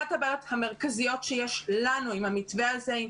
אחת הבעיות המרכזיות שיש לנו עם המתווה הזה,